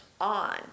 on